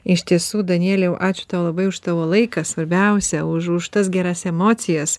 iš tiesų danieliau ačiū tau labai už tavo laiką svarbiausia už už tas geras emocijas